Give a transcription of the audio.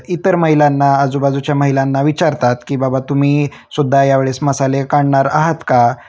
इतर महिलांना आजूबाजूच्या महिलांना विचारतात की बाबा तुम्ही सुुद्धा यावेळेस मसाले काढणार आहात का